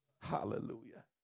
Hallelujah